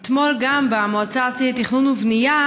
אתמול גם במועצה הארצית לתכנון ובנייה